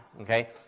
okay